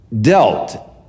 dealt